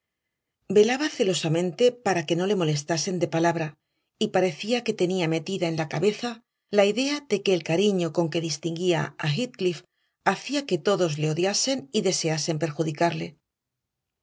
velaba celosamente para que no le molestasen de palabra y parecía que tenía metida en la cabeza la idea de que el cariño con que distinguía a heathcliff hacía que todos le odiasen y deseasen perjudicarle